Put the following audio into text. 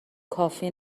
کافی